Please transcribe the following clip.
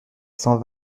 cents